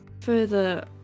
further